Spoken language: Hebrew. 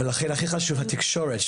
לכן חשובה התקשורת.